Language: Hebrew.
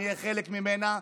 אני אהיה חלק ממנה.